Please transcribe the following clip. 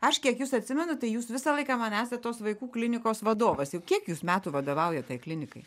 aš kiek jus atsimenu tai jūs visą laiką man esat tos vaikų klinikos vadovas jau kiek jūs metų vadovaujat tai klinikai